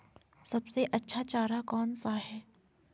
सबसे अच्छा चारा कौन सा है?